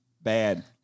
bad